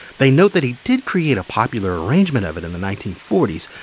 they note that he did create a popular arrangement of it in the nineteen forty s,